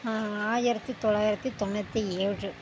ஆயிரத்தி தொள்ளாயிரத்தி தொண்ணூற்றி ஏழு